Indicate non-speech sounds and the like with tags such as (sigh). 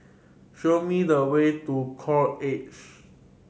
show me the way to (unintelligible) Edge